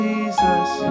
Jesus